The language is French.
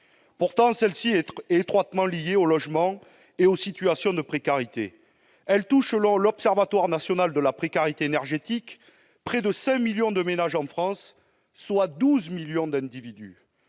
Pourtant, celle-ci est étroitement liée au logement et aux situations de précarité en général. Selon l'Observatoire national de la précarité énergétique, l'ONPE, elle touche près de 5 millions de ménages en France, soit 12 millions d'individus.